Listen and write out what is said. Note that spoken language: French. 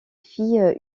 fit